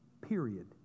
period